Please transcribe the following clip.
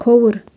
کھووُر